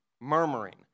murmuring